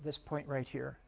this point right here